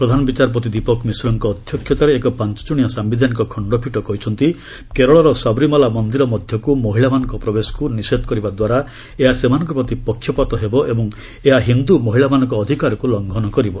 ପ୍ରଧାନବିଚାରପତି ଦୀପକ ମିଶ୍ରଙ୍କ ଅଧ୍ୟକ୍ଷତାରେ ଏକ ପାଞ୍ଚଜଣିଆ ସାୟିଧାନିକ ଖଣ୍ଡପୀଠ କହିଛନ୍ତି କେରଳର ସାବରିମାଳା ମନ୍ଦିର ମଧ୍ୟକୁ ମହିଳାମାନଙ୍କ ପ୍ରବେଶକୁ ନିଷେଧ କରିବା ଦ୍ୱାରା ଏହା ସେମାନଙ୍କ ପ୍ରତି ପକ୍ଷପାତ ହେବ ଏବଂ ଏହା ହିନ୍ଦୁ ମହିଳାମାନଙ୍କ ଅଧିକାରକୁ ଲଂଘନ କରିବ